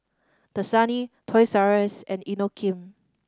Dasani Toys R Us and Inokim